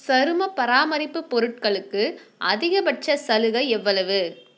சரும பராமரிப்பு பொருட்களுக்கு அதிகபட்ச சலுகை எவ்வளவு